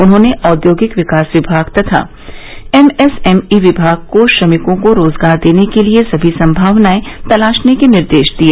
उन्होंने औद्योगिक विकास विभाग तथा एमएसएमई विभाग को श्रमिकों को रोजगार देने के लिए समी संभावनाए तलाशने के निर्देश दिए